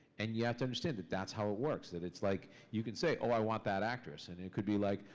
and you yeah have to understand that that's how it works. that it's like, you can say, oh, i want that actress, and it could be like,